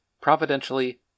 providentially